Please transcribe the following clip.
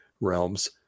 realms